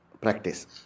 practice